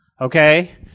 okay